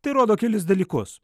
tai rodo kelis dalykus